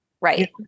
Right